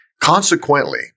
Consequently